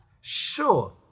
Sure